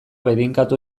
bedeinkatu